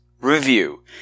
review